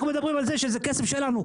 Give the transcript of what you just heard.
אנחנו מדברים על זה שזה כסף שלנו,